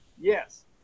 yes